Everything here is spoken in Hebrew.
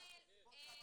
-- צריך